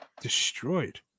destroyed